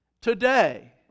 Today